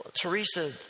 Teresa